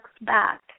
back